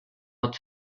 not